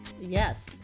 Yes